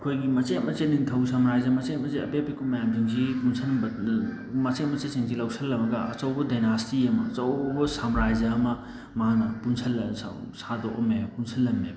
ꯑꯩꯈꯣꯏꯒꯤ ꯃꯆꯦꯠ ꯃꯆꯦꯠ ꯅꯤꯡꯊꯧ ꯁꯝꯔꯥꯏꯖ ꯃꯆꯦꯠ ꯃꯆꯦꯠꯁꯦ ꯑꯄꯤꯛ ꯑꯄꯤꯛꯄ ꯃꯌꯥꯝꯁꯤꯡꯁꯤ ꯄꯨꯟꯁꯟꯕ ꯃꯆꯦꯠ ꯃꯆꯦꯠꯁꯤꯡꯁꯤ ꯂꯧꯁꯜꯂꯛꯑꯒ ꯑꯆꯧꯕ ꯗꯥꯏꯅꯥꯁꯇꯤ ꯑꯃ ꯑꯆꯧꯕ ꯁꯝꯔꯥꯏꯖ ꯑꯃ ꯃꯥꯅ ꯄꯨꯟꯁꯜꯂ ꯁꯥꯗꯣꯛꯑꯝꯃꯦꯕ ꯄꯨꯟꯁꯜꯂꯝꯃꯦꯕ